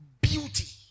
beauty